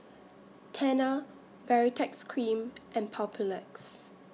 Tena Baritex Cream and Papulex